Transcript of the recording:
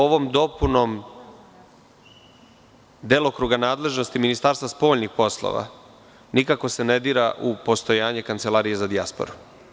Ovom dopunom delokruga nadležnosti Ministarstva spoljnih poslova nikako se ne dira u postojanje Kancelarije za dijasporu.